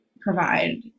provide